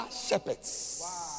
shepherds